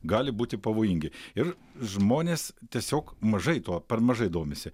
gali būti pavojingi ir žmonės tiesiog mažai to per mažai domisi